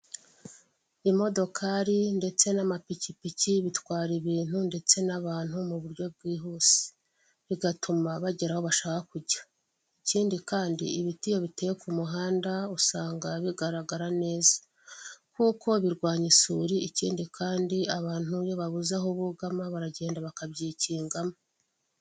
Imodokari ndetse n'amapikipiki bitwara ibintu ndetse n'abantu mu buryo bwihuse bigatuma bagera aho bashaka kujya. Ikindi kandi, ibiti iyo biteye ku muhanda usanga bigaragara neza, kuko birwanya isuri ikindi kandi abantu iyo babuze aho bugama baragenda bakabyikingamo.